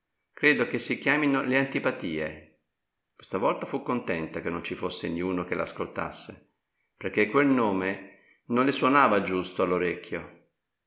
credo che si chiamino le antipatie questa volta fu contenta che non ci fosse niuno che l'ascoltasse perchè quel nome non le suonava giusto